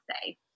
say